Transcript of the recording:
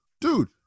dude